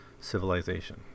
civilization